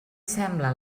sembla